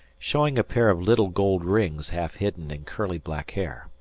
showing a pair of little gold rings half hidden in curly black hair.